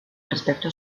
respecto